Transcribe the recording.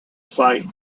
site